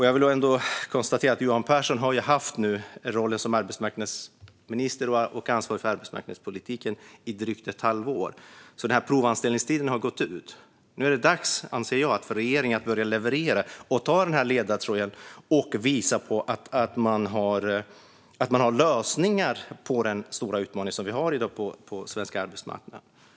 Jag kan konstatera att Johan Pehrson nu har haft rollen som arbetsmarknadsminister och ansvarig för arbetsmarknadspolitiken i drygt ett halvår. Provanställningstiden har gått ut. Nu är det dags för regeringen att börja leverera, ta ledartröjan och visa på att den har lösningar på den stora utmaning som vi i dag har på svensk arbetsmarknad.